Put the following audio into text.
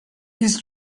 his